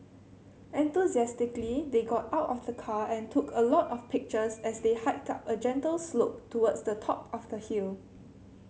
enthusiastically they got out of the car and took a lot of pictures as they hiked up a gentle slope towards the top of the hill